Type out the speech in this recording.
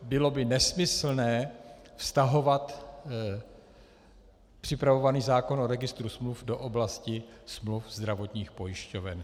Bylo by nesmyslné vztahovat připravovaný zákon o registru smluv do oblasti smluv zdravotních pojišťoven.